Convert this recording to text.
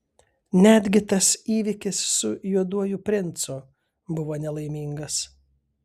netgi tas įvykis su juoduoju princu buvo nelaimingas